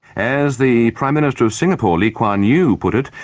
as the prime minister of singapore lee kwan yu put it,